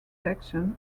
sections